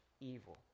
evil